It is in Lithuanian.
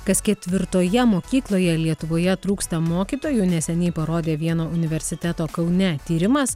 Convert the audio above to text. kas ketvirtoje mokykloje lietuvoje trūksta mokytojų neseniai parodė vieno universiteto kaune tyrimas